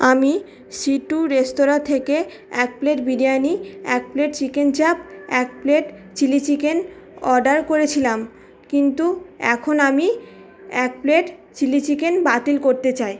আমি C two রেস্তোরাঁ থেকে এক প্লেট বিরিয়ানি এক প্লেট চিকেন চাপ এক প্লেট চিলি চিকেন অর্ডার করেছিলাম কিন্তু এখন আমি এক প্লেট চিলি চিকেন বাতিল করতে চাই